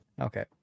Okay